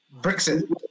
Brexit